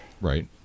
Right